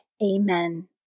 Amen